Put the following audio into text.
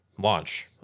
launch